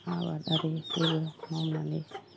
आबाद आरिफोरबो मावनानै